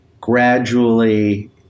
gradually